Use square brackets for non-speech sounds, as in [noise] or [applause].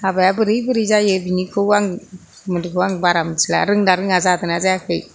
हाबाया बोरै बोरै जायो बेनिखौ आं [unintelligible] बारा मिथिला रोंदोंना रोङाखै जादों ना जायाखै